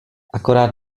akorát